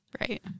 right